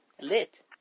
Lit